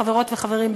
חברות וחברים,